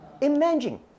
Imagine